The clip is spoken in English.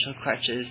crutches